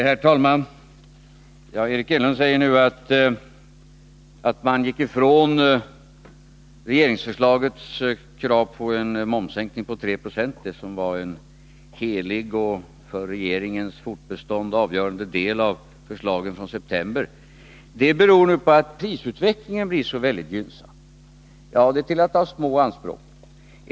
Herr talman! Eric Enlund säger nu att detta att man gick ifrån regeringsförslagets krav på en momssänkning på 3 20 — det som var en helig och för regeringens fortbestånd avgörande del av förslagen från december — beror på att prisutvecklingen blir så väldigt gynnsam. Ja, det är till att ha små anspråk!